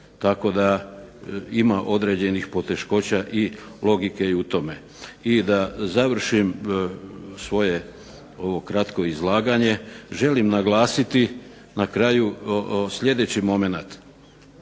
Tako da ima određenih poteškoća i logike i u tome. I da završim svoje ovo kratko izlaganje želim naglasiti na kraju sljedeći momenat: